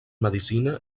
medicina